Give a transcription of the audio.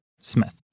Smith